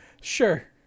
Sure